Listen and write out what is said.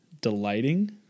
Delighting